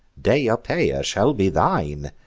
deiopeia, shall be thine,